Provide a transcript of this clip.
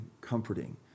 comforting